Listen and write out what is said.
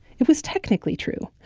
it was technically true.